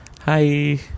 Hi